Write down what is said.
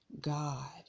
God